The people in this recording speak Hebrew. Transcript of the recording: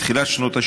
בתחילת שנות ה-60,